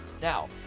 Now